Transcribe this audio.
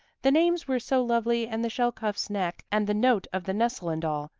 the names were so lovely and the shelcuff's neck and the note of the nestle and all,